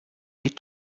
est